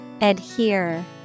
Adhere